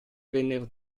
vennero